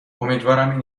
امیدوارم